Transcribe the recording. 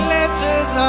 Letters